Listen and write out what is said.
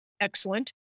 Excellent